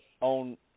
on